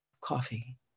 coffee